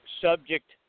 subject